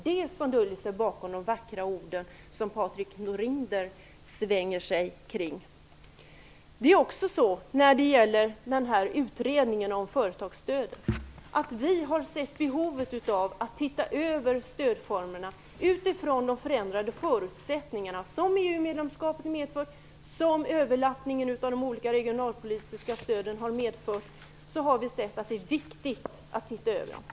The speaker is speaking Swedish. Det döljer sig bakom de vackra ord som Patrik Norinder svänger sig kring. När det gäller utredningen om företagsstöden har vi sett behov av att se över stödformerna utifrån de förändrade förutsättningar som EU-medlemskapet medför och som överlappningen av de olika regionalpolitiska stöden har medfört. Vi har tyckt att det är viktigt att se över dem.